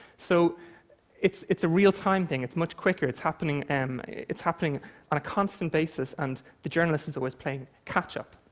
so it's it's a real-time thing. it's much quicker. it's happening and it's happening on a constant basis, and the journalist is always playing catch up.